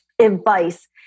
advice